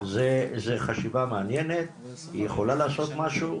זה חשיבה מעניינת, היא יכולה לעשות משהו,